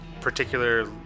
particular